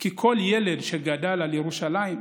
כי כל ילד שגדל על ירושלים,